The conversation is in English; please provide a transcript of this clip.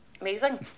Amazing